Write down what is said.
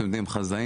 אתם יודעים חזאים,